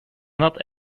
not